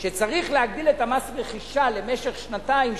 שצריך להגדיל את מס הרכישה למשך שנתיים,